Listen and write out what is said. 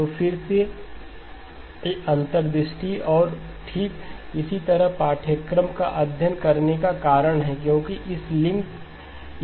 तो फिर से ये अंतर्दृष्टि हैं और ठीक इसी तरह से पाठ्यक्रम का अध्ययन करने का कारण है क्योंकि इसके लिंक हैं